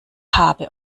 habe